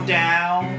down